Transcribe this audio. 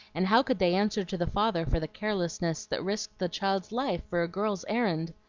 and how could they answer to the father for the carelessness that risked the child's life for a girl's errand?